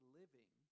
living